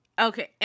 Okay